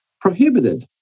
prohibited